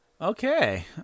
Okay